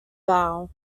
vowel